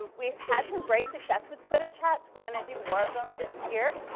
um we've had some great success with twitter chats. we're going to do more of them this year.